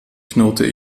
knurrte